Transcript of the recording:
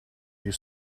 you